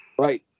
right